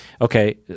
Okay